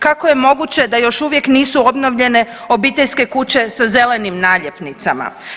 Kako je moguće da još uvijek nisu obnovljene obiteljske kuće sa zelenim naljepnicama?